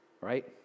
right